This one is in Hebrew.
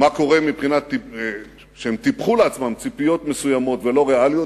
מה קורה מבחינת זה שהם טיפחו לעצמם ציפיות מסוימות ולא ריאליות,